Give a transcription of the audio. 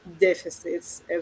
deficits